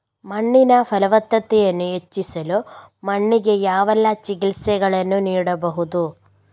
ಮಣ್ಣಿನ ಫಲವತ್ತತೆಯನ್ನು ಹೆಚ್ಚಿಸಲು ಮಣ್ಣಿಗೆ ಯಾವೆಲ್ಲಾ ಚಿಕಿತ್ಸೆಗಳನ್ನು ನೀಡಬಹುದು?